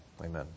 amen